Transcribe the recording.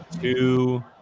two